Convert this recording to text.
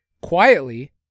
quietly